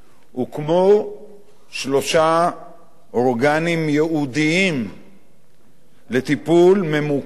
הוקמו שלושה אורגנים ייעודיים לטיפול ממוקד